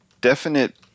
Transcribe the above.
definite